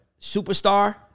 superstar